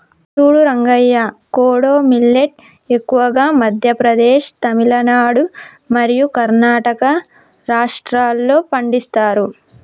సూడు రంగయ్య కోడో మిల్లేట్ ఎక్కువగా మధ్య ప్రదేశ్, తమిలనాడు మరియు కర్ణాటక రాష్ట్రాల్లో పండిస్తారు